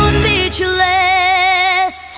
speechless